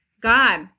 God